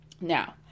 Now